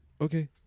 okay